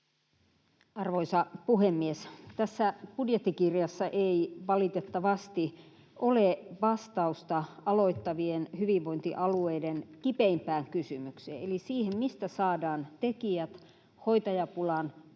Arvoisa puhemies! Tässä budjettikirjassa ei valitettavasti ole vastausta aloittavien hyvinvointialueiden kipeimpään kysymykseen eli siihen, mistä saadaan tekijät hoitajapulan kurittamiin